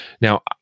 Now